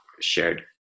shared